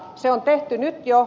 se on tehty nyt jo